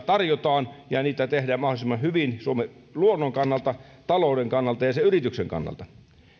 tarjotaan ja ja niitä tehdään mahdollisimman hyvin suomen luonnon kannalta talouden kannalta ja yrityksen kannalta